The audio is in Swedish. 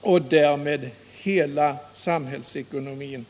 och därmed hela samhällsekonomin.